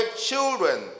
children